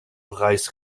preis